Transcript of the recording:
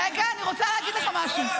רגע, אני רוצה להגיד לך משהו.